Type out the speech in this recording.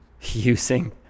using